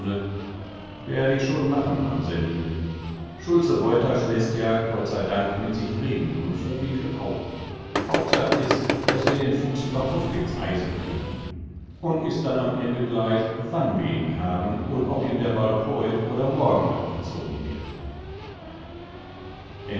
tone werde schon machen mamsell line schulze woytasch läßt ja gott sei dank mit sich reden und vowinkel auch hauptsach is daß wir den fuchs überhaupt ins eisen kriegen un is dann am ende gleich wann wir ihn haben und ob ihm der balg heut oder morgen abgezogen wird